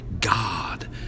God